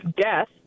death